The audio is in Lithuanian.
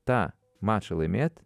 tą mačą laimėt